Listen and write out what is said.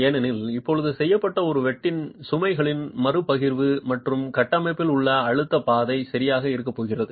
ஏனெனில் இப்போது செய்யப்பட்ட ஒரு வெட்டுடன் சுமைகளின் மறுபகிர்வு மற்றும் கட்டமைப்பில் உள்ள அழுத்த பாதை சரியாக இருக்கப்போகிறது